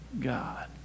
God